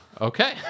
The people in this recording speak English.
Okay